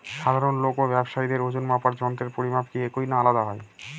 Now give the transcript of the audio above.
সাধারণ লোক ও ব্যাবসায়ীদের ওজনমাপার যন্ত্রের পরিমাপ কি একই না আলাদা হয়?